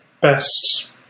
best